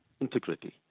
integrity